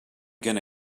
gonna